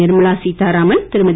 Nirmala Sitharaman Thirumathi